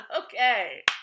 okay